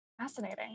Fascinating